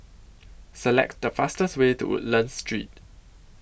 Select The fastest Way to Woodlands Street